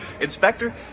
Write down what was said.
Inspector